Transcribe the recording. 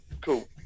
cool